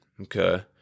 Okay